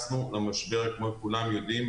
כמו שכולם יודעים,